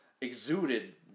exuded